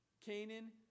Canaan